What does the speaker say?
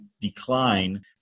decline